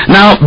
Now